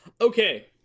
Okay